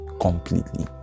completely